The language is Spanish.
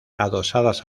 adosadas